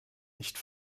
nicht